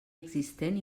existent